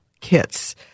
kits